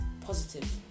positive